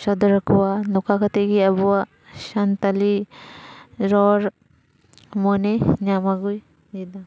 ᱥᱚᱫᱚᱨ ᱟᱠᱚᱣᱟ ᱱᱚᱝᱠᱟ ᱠᱟᱛᱮ ᱜᱮ ᱟᱵᱚᱣᱟᱜ ᱥᱟᱱᱛᱟᱲᱤ ᱨᱚᱲ ᱢᱟᱹᱱᱮ ᱧᱟᱢ ᱟᱹᱜᱩᱭᱮᱫᱟ